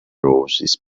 roses